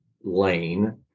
lane